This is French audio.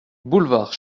boulevard